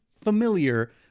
familiar